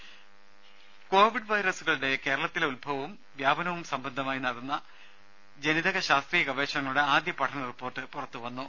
രുമ കോവിഡ് വൈറസുകളുടെ കേരളത്തിലെ ഉത്ഭവവും വ്യാപനവും സംബന്ധമായി നടന്നു വരുന്ന ജനിതക ശാസ്ത്രീയ ഗവേഷണങ്ങളുടെ ആദ്യ പഠന റിപ്പോർട്ട് പുറത്തു വന്നു